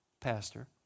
Pastor